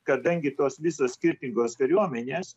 kadangi tos visos skirtingos kariuomenės